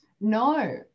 No